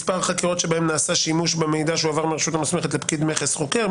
מספר חקירות שבהן נעשה שימוש במידע שהועבר מרשות מוסמכת לפקיד מכס חוקר,